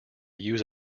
use